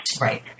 Right